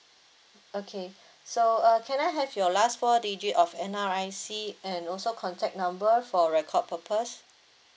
okay so uh can I have your last four digit of N_R_I_C and also contact number for record purpose